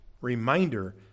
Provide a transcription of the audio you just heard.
reminder